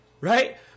Right